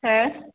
हो